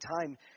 time